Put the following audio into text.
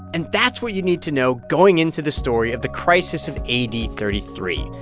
and that's what you need to know going into the story of the crisis of a d. thirty three,